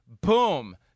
boom